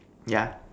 yeah